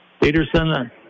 Peterson